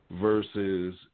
versus